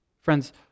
Friends